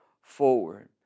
forward